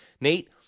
Nate